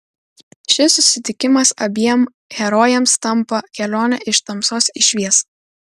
šis susitikimas abiem herojėms tampa kelione iš tamsos į šviesą